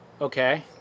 Okay